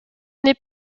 n’est